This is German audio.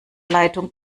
leitung